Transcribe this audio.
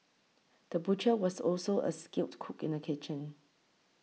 the butcher was also a skilled cook in the kitchen